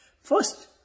First